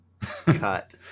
cut